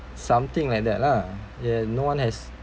something like that lah ya no one has